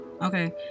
Okay